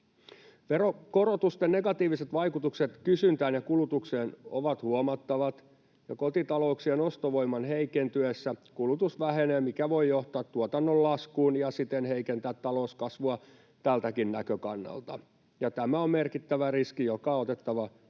Veronkorotusten negatiiviset vaikutukset kysyntään ja kulutukseen ovat huomattavat, ja kotitalouksien ostovoiman heikentyessä kulutus vähenee, mikä voi johtaa tuotannon laskuun ja siten heikentää talouskasvua tältäkin näkökannalta. Tämä on merkittävä riski, joka on otettava huomioon